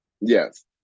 yes